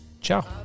ciao